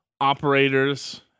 operators